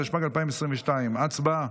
התשפ"ב 2022. הצבעה.